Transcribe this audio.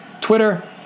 Twitter